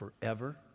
forever